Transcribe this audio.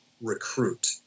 recruit